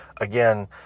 again